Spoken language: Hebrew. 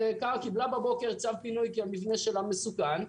שקיבלה בבוקר צו פינוי, כי המבנה שלה מסוכן.